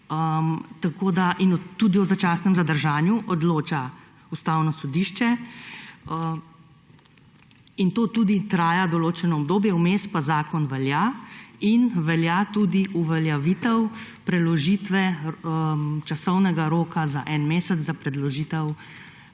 več. In tudi o začasnem zadržanju odloča Ustavno sodišče in to tudi traja določeno obdobje, vmes pa zakon velja; in velja tudi uveljavitev preložitve časovnega roka za en mesec za predložitev